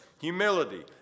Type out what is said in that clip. humility